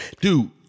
Dude